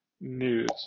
news